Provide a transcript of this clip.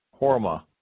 Horma